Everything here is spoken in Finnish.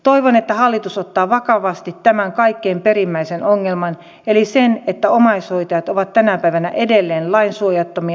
toivon että hallitus ottaa vakavasti tämän kaikkein perimmäisen ongelman eli sen että omaishoitajat ovat tänä päivänä edelleen lainsuojattomia